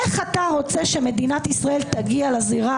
איך אתה רוצה שמדינת ישראל תגיע לזירה